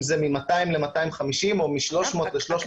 אם זה מ-200 ל-250 או מ-300 ל-350.